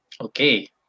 Okay